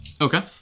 Okay